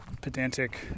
pedantic